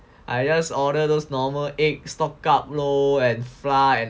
I just order those normal eggs stock up lor and flour and